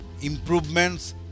Improvements